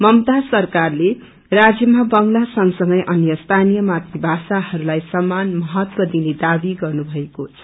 ममता सरकारले राज्यमा बंग्ला संग संगै अन्य स्थानीय मातृ भाषाहरूलाई सामान महत्व दिने दावी गर्नुभएको छ